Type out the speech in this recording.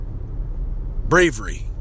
Bravery